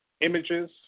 images